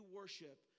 worship